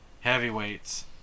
Heavyweights